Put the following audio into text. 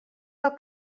del